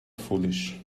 foolish